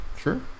Sure